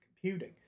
computing